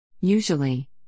Usually